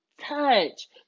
touch